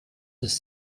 ist